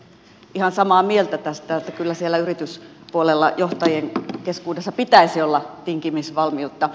ihan samaa mieltä tästä että kyllä siellä yrityspuolella johtajien keskuudessa pitäisi olla tinkimisvalmiutta